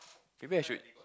maybe I should